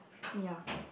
ya